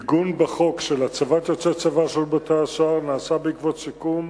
עיגון בחוק של הצבת יוצאי צבא בשירות בתי-הסוהר נעשה בעקבות סיכום